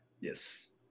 Yes